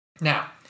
Now